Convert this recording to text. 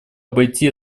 обойти